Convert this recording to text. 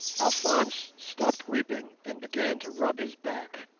alphonse stopped weeping, and began to rub his back.